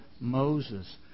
Moses